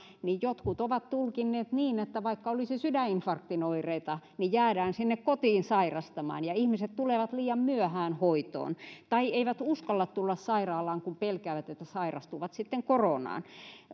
niin jotkut ovat tulkinneet niin että vaikka olisi sydäninfarktin oireita niin jäädään sinne kotiin sairastamaan ihmiset tulevat liian myöhään hoitoon tai eivät uskalla tulla sairaalaan kun pelkäävät että sairastuvat sitten koronaan